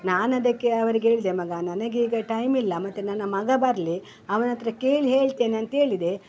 ನಾನು ಅದಕ್ಕೆ ಅವ್ರಿಗೆ ಹೇಳಿದೆ ಮಗ ನನಗೀಗ ಟೈಮಿಲ್ಲ ಮತ್ತೆ ನನ್ನ ಮಗ ಬರಲಿ ಅವನ ಹತ್ತಿರ ಕೇಳಿ ಹೇಳ್ತೇನೆ ಅಂತೇಳಿದೆ